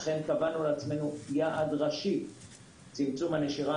קבענו לעצמנו יעד ראשי של צמצום הנשירה.